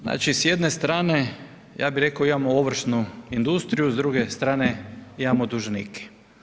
Znači s jedne strane, ja bih rekao imamo ovršnu industriju, s druge strane imamo dužnike.